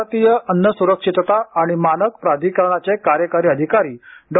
भारतीय अन्न स्रक्षितता आणि मानक प्राधिकरणाचे कार्यकारी अधिकारी डॉ